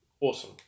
Awesome